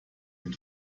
den